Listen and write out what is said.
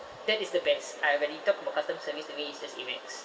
that is the best uh when we talk about customer service to me is just Amex